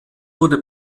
wurde